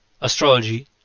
astrology